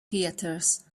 theatres